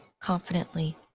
confidently